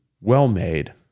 well-made